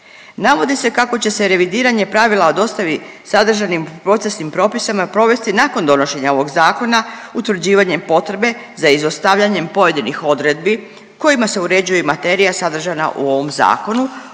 Navodi se kako će se revidiranje pravila o dostavi sadržanim procesnim propisima provesti nakon donošenja ovog Zakona utvrđivanjem potrebe za izostavljanjem pojedinih odredbi kojima se uređuje materija sadržana u ovom Zakonu,